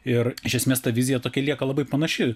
ir iš esmės ta vizija tokia lieka labai panaši